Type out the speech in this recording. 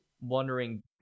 wondering